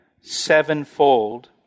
sevenfold